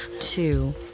two